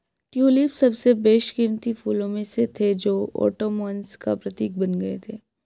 tulip सबसे बेशकीमती फूलों में से थे जो ओटोमन्स का प्रतीक बन गए थे